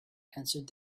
answered